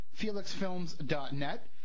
felixfilms.net